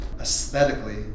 aesthetically